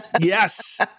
Yes